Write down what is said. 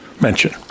mention